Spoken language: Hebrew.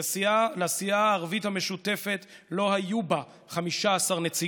לסיעה הערבית המשותפת לא היו בה 15 נציגים.